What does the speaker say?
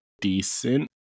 decent